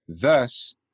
thus